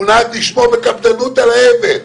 הוא נהג לשמור בקנאות על האבל.